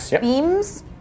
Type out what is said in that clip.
beams